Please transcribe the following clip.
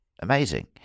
amazing